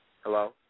Hello